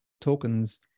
tokens